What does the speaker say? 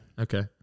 Okay